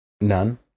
None